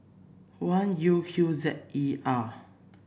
one U Q Z E R